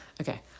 Okay